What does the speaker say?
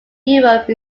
europe